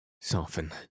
soften